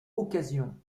occasion